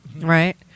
Right